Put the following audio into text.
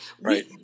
Right